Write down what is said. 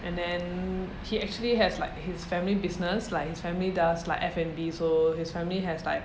and then he actually has like his family business like his family does like F&B so his family has like